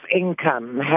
income